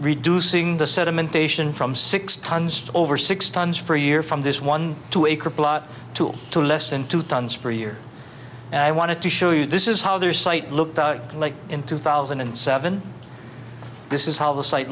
sedimentation from six tons over six tons per year from this one two acre plot to to less than two tons per year and i wanted to show you this is how their site looked like in two thousand and seven this is how the site